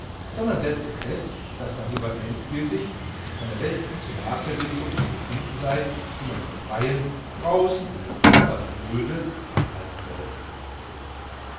sondern setzte fest daß darüber endgiltig in einer letzten cnaclesitzung zu befinden sei die man im freien draußen an den ufern der mulde abhalten wollte